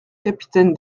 capitaine